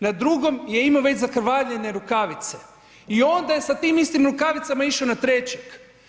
Na drugom je imao već zakrvavljene rukavice i onda je s tim istim rukavicama išao na trećeg.